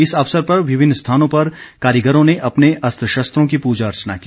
इस अवसर पर विभिन्न स्थानों पर कारीगरों ने अपने अस्त्र शस्त्रों की पूजा अर्चना की